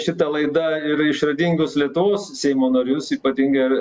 šita laida ir išradingus lietuvos seimo narius ypatingai ar